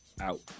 out